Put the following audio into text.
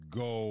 go